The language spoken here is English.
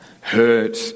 hurt